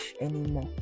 anymore